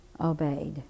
obeyed